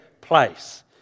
place